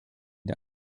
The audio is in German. der